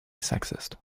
sexist